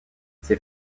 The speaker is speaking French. ses